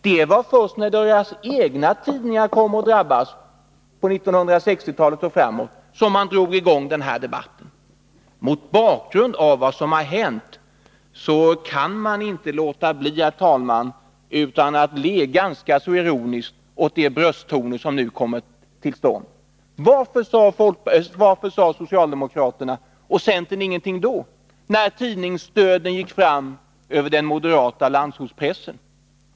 Det var först när deras egna tidningar kom att drabbas, på 1960-talet och framåt, som de drog i gång den debatten. Mot bakgrund av vad som har hänt kan man inte låta bli, herr talman, att le ganska ironiskt åt de brösttoner som nu kommer till stånd. Varför sade socialdemokraterna och centern ingenting då — när tidningsdöden gick fram över den moderata landsortspressen?